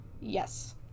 yes